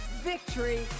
victory